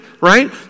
right